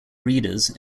readers